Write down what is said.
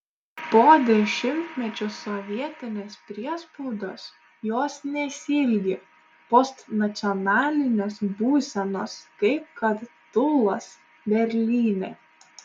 po dešimtmečių sovietinės priespaudos jos nesiilgi postnacionalinės būsenos kaip kad tūlas berlyne